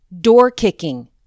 door-kicking